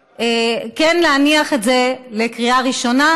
ולהניח את זה לקריאה ראשונה,